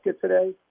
today